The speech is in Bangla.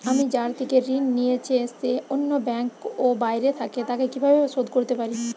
আমি যার থেকে ঋণ নিয়েছে সে অন্য ব্যাংকে ও বাইরে থাকে, তাকে কীভাবে শোধ করতে পারি?